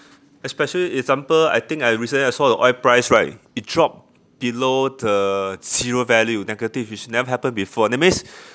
especially example I think I recently I saw the oil price right it dropped below the zero value negative which never happened before that means